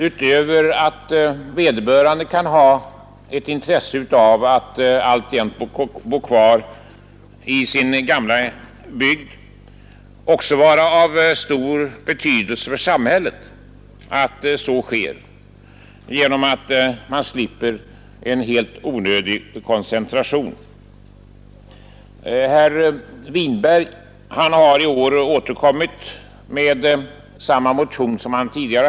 Utöver att vederbörande kan ha intresse av att alltjämt bo kvar i sin gamla bygd måste det också vara av stor betydelse för samhället att så sker, eftersom man då slipper en helt onödig ökning av koncentrationen till tätorter. Herr Winberg har i år återkommit med en motion med samma yrkande som tidigare.